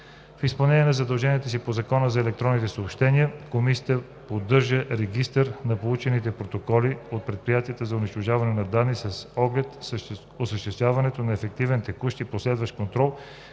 В изпълнение на задълженията си по Закона за електронните съобщения (ЗЕС) Комисията поддържа регистър на получените протоколи от предприятията за унищожаване на данните с оглед осъществяване на ефективен текущ и последващ контрол